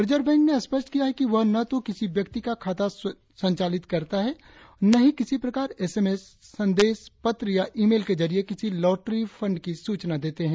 reserve bank ने स्पष्ट किया है कि वह न तो किसी व्यक्ति का खाता संचालित करता है न ही किसी प्रकार एस एम एस संदेश पत्र या ई मेल के जरिए किसी लॉटरी फंड की सूचना देता है